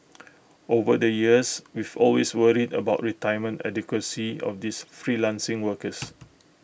over the years we've always worried about retirement adequacy of these freelancing workers